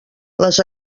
les